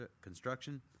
construction